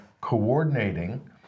coordinating